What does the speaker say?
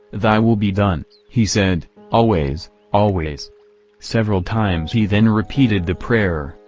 thy will be done he said, always, always several times he then repeated the prayer,